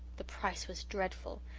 the price was dreadful.